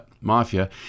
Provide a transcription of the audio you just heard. mafia